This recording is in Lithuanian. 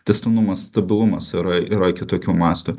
tęstinumas stabilumas yra yra kitokių mastų